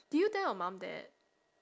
do you tell your mum that